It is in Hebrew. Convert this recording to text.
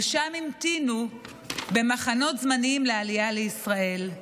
ושם המתינו במחנות זמניים לעלייה לישראל.